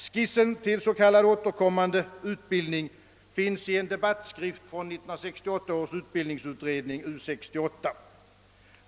Skissen till s.k. återkommande utbildning finns i en debattskrift från 1968 års utbildningsutredning, U 68.